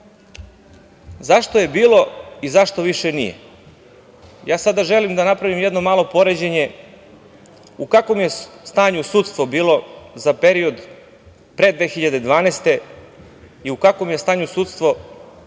Zašto je bilo i zašto više nije? Sada želim da napravim jedno malo poređenje u kakvom je stanju sudstvo bilo za period pre 2012. godine i u kakvom je stanju sudstvo